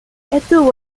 estuvo